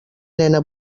nena